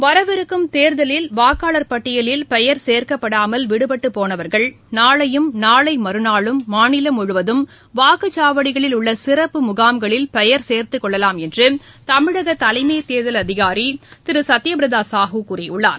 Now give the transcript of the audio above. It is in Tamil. வரவிருக்கும் தேர்தலில் வாக்காளர் பட்டியலில் பெயர் சேர்க்கப்படாமல் விடுபட்டு போனவர்கள் நாளையும் நாளை மறுநாளும் மாநிலம் முழுவதும் வாக்குச்சாவடிகளில் உள்ள சிறப்பு முகாம்களில் பெயர் சேர்த்துக்கொள்ளலாம் என்று தமிழக தலைமைத் தேர்தல் அதிகாரி திரு சத்திய பிரத சாஹூ கூறியுள்ளார்